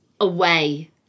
away